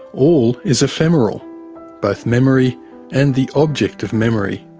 all is ephemeral both memory and the object of memory.